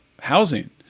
housing